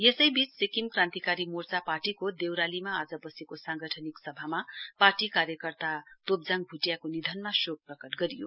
यसैवीच सिक्किम क्रान्तिकारी मोर्चा पार्टीको देउरालीमा आज बसेको सांगठनिक सभामा पार्टी कार्यकता तोब्जाङ भुटियाको निधनमा शोक प्रकट गरियो